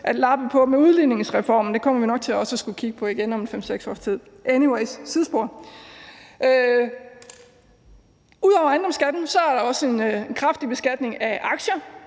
at lappe på med udligningsreformen, men det kommer vi nok også til at skulle kigge på igen om 5-6 års tid – anyways, det var et sidespor. Ud over ejendomsskatten er der også en kraftig beskatning af aktier.